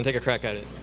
take a crack at it?